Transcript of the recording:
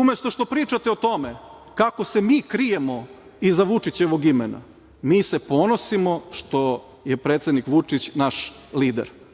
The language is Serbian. Umesto što pričate o tome kako se mi krijemo iza Vučićevog imena, mi se ponosimo što je predsednik Vučić naš lider.